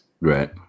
right